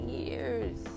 years